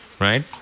right